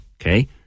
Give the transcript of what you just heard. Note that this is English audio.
okay